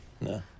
No